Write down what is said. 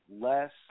less